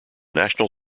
national